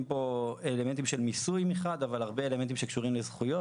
פה אלמנטים של מיסוי מחד אבל הרבה אלמנטים שקשורים לזכויות,